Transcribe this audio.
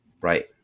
Right